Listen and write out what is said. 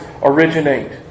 originate